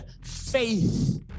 faith